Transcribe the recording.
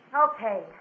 Okay